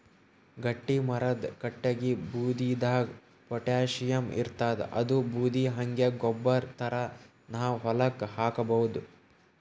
ಗಟ್ಟಿಮರದ್ ಕಟ್ಟಗಿ ಬೂದಿದಾಗ್ ಪೊಟ್ಯಾಷಿಯಂ ಇರ್ತಾದ್ ಅದೂ ಬೂದಿ ಹಂಗೆ ಗೊಬ್ಬರ್ ಥರಾ ನಾವ್ ಹೊಲಕ್ಕ್ ಹಾಕಬಹುದ್